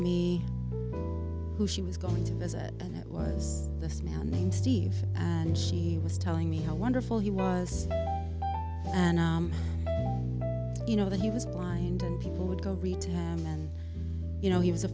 me who she was going to visit and it was this man named steve and she was telling me how wonderful he was and you know that he was blind and he would go read to them and you know he was a